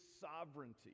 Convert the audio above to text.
sovereignty